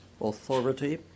authority